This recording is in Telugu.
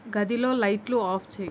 గదిలో లైట్లు ఆఫ్ చెయ్యి